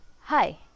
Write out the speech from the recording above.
Hi